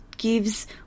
gives